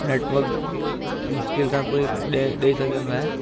network मुश्किल सां कोई ॾे ॾई सघंदो आहे